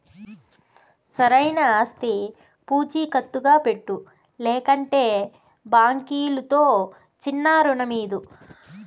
సరైన ఆస్తి పూచీకత్తుగా పెట్టు, లేకంటే బాంకీలుతో చిన్నా రుణమీదు